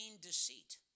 deceit